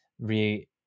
re-